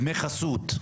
דמי חסות,